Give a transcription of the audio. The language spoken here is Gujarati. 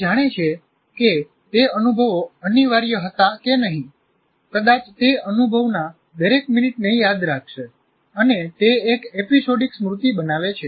તે જાણે છે કે તે અનુભવો અનિવાર્ય હતા કે નહીં કદાચ તે અનુભવના દરેક મિનિટને યાદ રાખશે અને તે એક એપિસોડિક સ્મૃતિ બનાવે છે